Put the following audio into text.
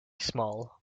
small